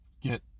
get